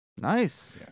Nice